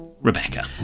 Rebecca